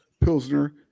Pilsner